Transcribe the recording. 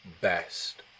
best